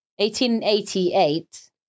1888